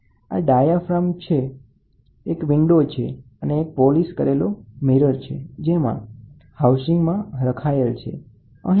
આ ડાયાફ્રામ છે એક વિન્ડો છે અને આ એક હાઉસીંગ છે અહીં એક સારી રીતે પોલીસ કરેલો અરીસો છે